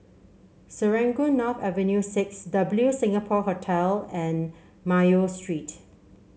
Serangoon North Avenue Six W Singapore Hotel and Mayo Street